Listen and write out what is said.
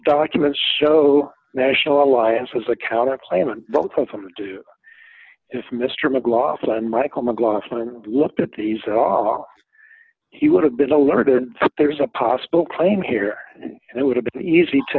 documents show national alliance has a counter claim on both of them if mr mclaughlin michael mclaughlin looked at these are he would have been alerted there's a possible claim here and it would have been easy to